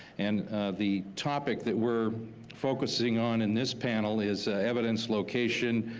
and the topic that we're focusing on in this panel is evidence location,